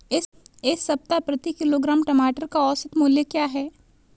इस सप्ताह प्रति किलोग्राम टमाटर का औसत मूल्य क्या है?